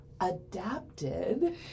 adapted